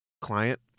Client